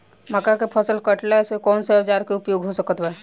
मक्का के फसल कटेला कौन सा औजार के उपयोग हो सकत बा?